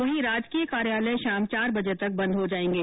वहीं राजकीय कार्यालय शाम चार बजे तक बंद हो जाएंगे